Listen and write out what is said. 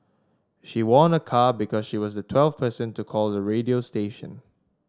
she won a car because she was the twelfth person to call the radio station